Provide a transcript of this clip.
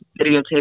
videotape